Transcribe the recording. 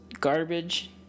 garbage